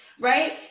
Right